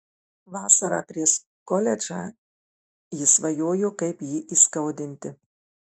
vasarą prieš koledžą ji svajojo kaip jį įskaudinti